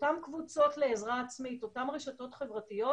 אותן קבוצות לעזרה עצמית, אותן רשתות חברתיות,